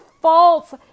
false